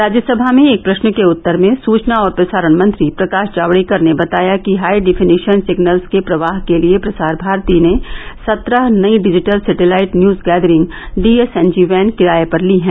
राज्यसभा में एक प्रश्न के उत्तर में सूचना और प्रसारण मंत्री प्रकाश जावड़ेकर ने बताया कि हाई डिफनिशन सिगनल्स के प्रवाह के लिए प्रसार भारती ने सत्रह नई digital satellite news gathering DSNG van किराये पर ली हैं